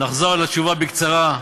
נחזור על התשובה בקצרה.